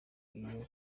iyo